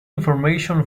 information